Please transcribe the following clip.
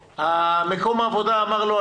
מקום העבודה אמר לו,